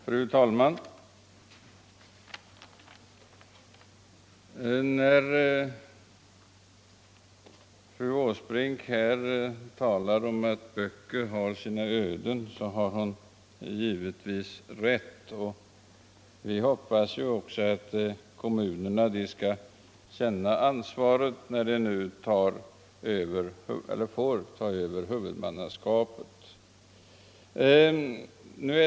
Fru talman! När fru Åsbrink talar om att böcker har sina öden har hon givetvis rätt, och vi hoppas också att kommunerna skall känna ansvar när de nu får ta över huvudmannaskapet.